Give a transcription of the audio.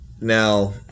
Now